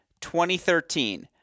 2013